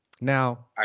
Now